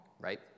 right